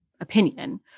opinion